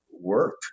work